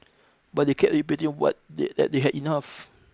but they kept repeating what that that they had enough